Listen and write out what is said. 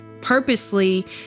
purposely